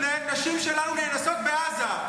בשעה שהדיון הזה מתנהל, נשים שלנו נאנסות בעזה.